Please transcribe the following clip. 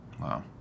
Wow